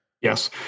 Yes